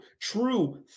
true